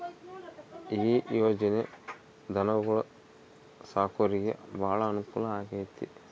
ಈ ಯೊಜನೆ ಧನುಗೊಳು ಸಾಕೊರಿಗೆ ಬಾಳ ಅನುಕೂಲ ಆಗ್ಯತೆ